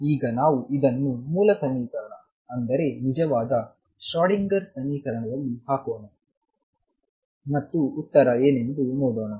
ಈಗ ನಾವು ಇದನ್ನು ಮೂಲ ಸಮೀಕರಣಅಂದರೆ ನಿಜವಾದ ಶ್ರೋಡಿಂಗರ್ ಸಮೀಕರಣದಲ್ಲಿ ಹಾಕೋಣ ಮತ್ತು ಉತ್ತರ ಏನೆಂದು ನೋಡೋಣ